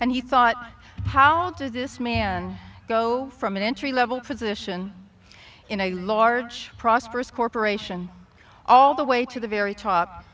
and he thought how does this man go from an entry level position in a large prosperous corporation all the way to the very top